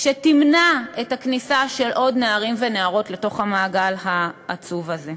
שתמנע את הכניסה של עוד נערים ונערות לתוך המעגל העצוב הזה.